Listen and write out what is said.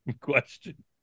question